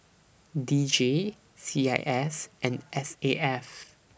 D J C I S and S A F